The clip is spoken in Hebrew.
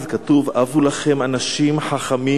אז כתוב: "הבו לכם אנשים חכמים